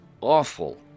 awful